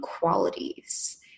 qualities